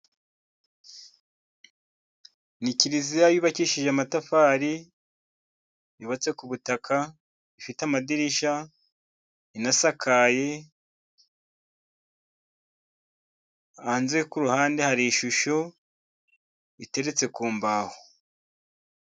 Ni kiliziya yubakishije amatafari yubatse ku butaka, ifite amadirishya inasakaye hanze ku ruhande hari ishusho iteretse ku mbaho.